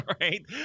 right